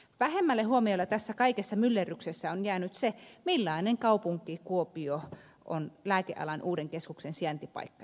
vähemmälle huomiolle tässä kaikessa myllerryksessä on jäänyt se millainen kaupunki kuopio on lääkealan uuden keskuksen sijaintipaikkana